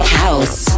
house